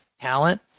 Talent